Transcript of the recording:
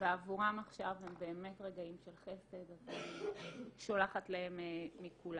ועבורם עכשיו הם באמת רגעים של חסד אז אני שולחת להם מכולנו.